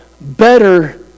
better